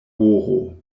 horo